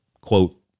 quote